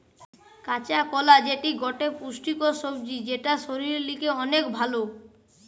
কাঁচা কোলা যেটি গটে পুষ্টিকর সবজি যেটা শরীরের লিগে অনেক ভাল